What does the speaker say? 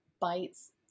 bites